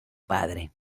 padre